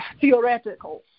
theoretical